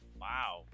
Wow